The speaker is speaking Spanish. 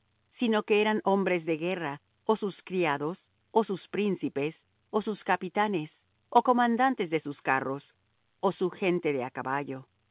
sino que eran hombres de guerra ó sus criados ó sus príncipes ó sus capitanes ó comandantes de sus carros ó su gente de á caballo